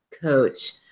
coach